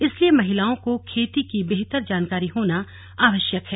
इस लिए महिलाओं को खेती की बेहतर जानकारी होना आवश्यक है